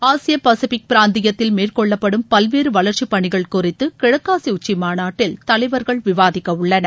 ஆசிய பசிபிக் பிராந்தியத்தில் மேற்கொள்ளப்படும் பல்வேறு வளர்ச்சி பணிகள் குறித்து கிழக்காசிய உச்சி மாநாட்டில் தலைவர்கள் விவாதிக்க உள்ளனர்